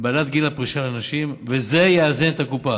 בהעלאת גיל הפרישה לנשים, וזה יאזן את הקופה.